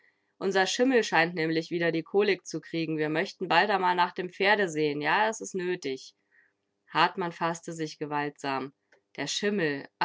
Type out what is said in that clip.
unser schimmel scheint nämlich wieder die kolik zu kriegen wir möchten bald amal nach dem pferde sehen ja es is nötig hartmann faßte sich gewaltsam der schimmel